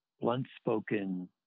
blunt-spoken